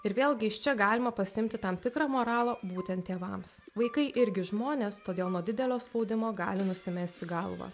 ir vėlgi iš čia galima pasiimti tam tikrą moralą būtent tėvams vaikai irgi žmonės todėl nuo didelio spaudimo gali nusimesti galvą